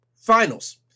finals